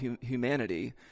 humanity